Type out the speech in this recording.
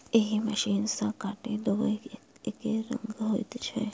एहि मशीन सॅ काटल दुइब एकै रंगक होइत छै